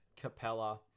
Capella